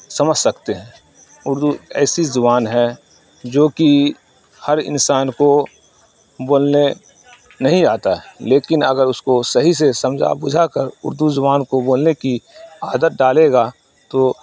سمجھ سکتے ہیں اردو ایسی زبان ہے جو کہ ہر انسان کو بولنے نہیں آتا لیکن اگر اس کو صحیح سے سمجھا بجھا کر اردو زبان کو بولنے کی عادت ڈالے گا تو